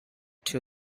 two